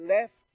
left